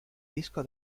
disco